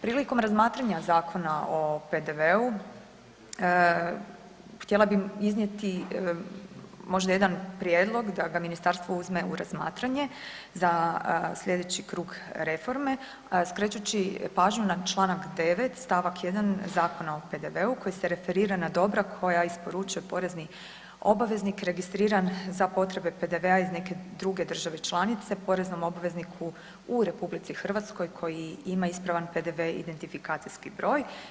Prilikom razmatranja Zakona o PDV-u htjela bih iznijeti možda jedan prijedlog da ga ministarstvo uzme u razmatranje da sljedeći krug reforme skrećući pažnju na članak 9. stavak 1. Zakona o PDV-u koji se referira na dobra koja isporučuje porezni obaveznik registriran za potrebe PDV-a iz neke druge države članice poreznom obvezniku u Republici Hrvatskoj koji ima ispravan PDV-e i identifikacijski broj.